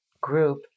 group